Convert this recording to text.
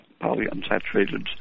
polyunsaturated